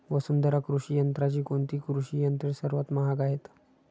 वसुंधरा कृषी यंत्राची कोणती कृषी यंत्रे सर्वात महाग आहेत?